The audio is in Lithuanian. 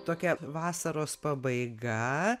tokia vasaros pabaiga